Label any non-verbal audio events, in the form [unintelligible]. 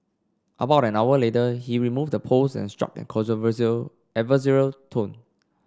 about an hour later he removed the post and struck an [unintelligible] adversarial tone